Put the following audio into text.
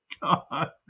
God